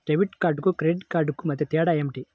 Debit కార్డుకు credit కార్డుకు మధ్య తేడా ఏమిటీ?